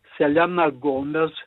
selena gomez